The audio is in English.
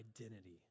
identity